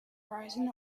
rising